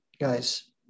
guys